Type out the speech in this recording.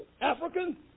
African